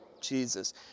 Jesus